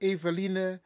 Eveline